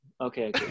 okay